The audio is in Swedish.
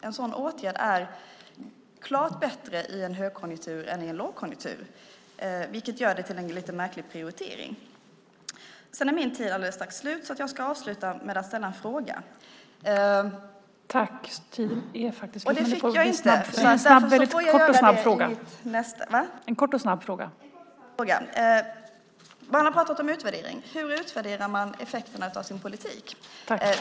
En sådan åtgärd är klart bättre i en högkonjunktur än i en lågkonjunktur vilket gör det till en lite märklig prioritering. Min talartid är alldeles strax slut, och jag ska därför avsluta med att fråga: Hur utvärderar man effekterna av sin politik? Det har ju talats om utvärdering.